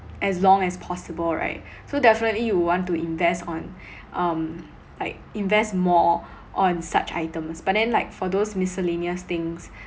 as long as possible right so definitely you want to invest on um like invest more on such items but then like for those miscellaneous things